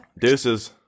deuces